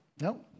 No